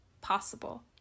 possible